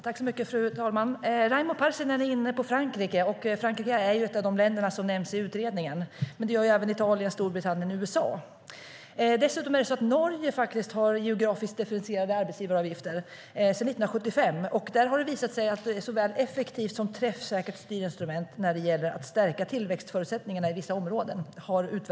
Fru talman! Raimo Pärssinen är inne på Frankrike. Frankrike är ett av de länder som nämns i utredningen. Men det gör även Italien, Storbritannien och USA. Dessutom har Norge geografiskt differentierade arbetsgivaravgifter sedan 1975, och där har utvärderingar visat att det är ett såväl effektivt som träffsäkert styrinstrument när det gäller att stärka tillväxtsförutsättningarna i vissa områden.